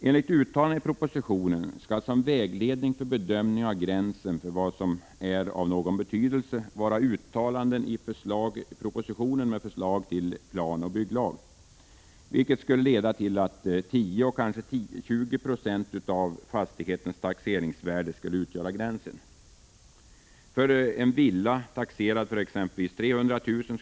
Enligt propositionen skall som vägledning för bedömningen av gränsen för vad som är ”av någon betydelse” vara uttalanden i propositionen med förslaget till planoch bygglag. Det skulle leda till att 10 20, kanske upp till 20 96, av en fastighets taxeringsvärde skulle utgöra gränsen. För en villa taxerad för exempelvis 300 000 kr.